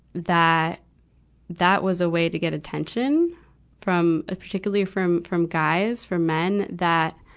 that that was a way to get attention from, ah particularly from from guys, from men, that,